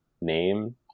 name